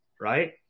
right